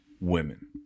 women